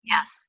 Yes